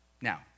Now